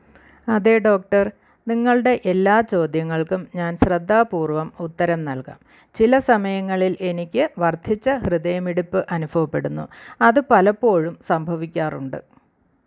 അതെ ഡോക്ടർ നിങ്ങളുടെ എല്ലാ ചോദ്യങ്ങൾക്കും ഞാൻ ശ്രദ്ധാപൂർവ്വം ഉത്തരം നൽകാം ചില സമയങ്ങളിൽ എനിക്ക് വർദ്ധിച്ച ഹൃദയമിടിപ്പ് അനുഭവപ്പെടുന്നു അത് പലപ്പോഴും സംഭവിക്കാറുണ്ട്